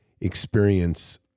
experience